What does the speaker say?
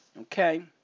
Okay